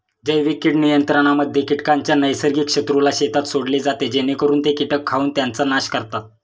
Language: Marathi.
जैविक कीड नियंत्रणामध्ये कीटकांच्या नैसर्गिक शत्रूला शेतात सोडले जाते जेणेकरून ते कीटक खाऊन त्यांचा नाश करतात